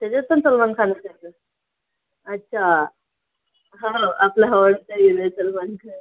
त्याच्यात पण सलमान खानच हाय का अच्छा हो आपला आवडता हिरो आहे सलमान खान